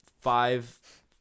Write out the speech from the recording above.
five